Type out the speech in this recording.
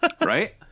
right